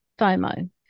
FOMO